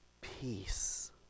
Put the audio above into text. peace